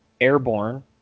Airborne